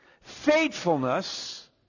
Faithfulness